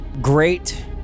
great